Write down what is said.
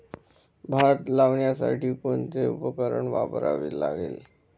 भात लावण्यासाठी कोणते उपकरण वापरावे लागेल?